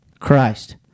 Christ